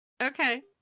Okay